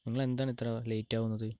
നിങ്ങളെന്താണിത്ര ലേറ്റാവുന്നത്